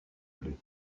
plait